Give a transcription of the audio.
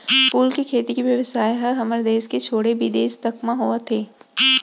फूल के खेती के बेवसाय ह हमर देस के छोड़े बिदेस तक म होवत हे